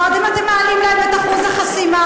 קודם אתם מעלים להם את אחוז החסימה,